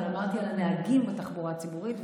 אבל אמרתי על הנהגים בתחבורה הציבורית,